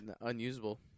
unusable